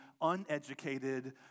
uneducated